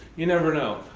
you never know,